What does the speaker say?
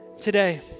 Today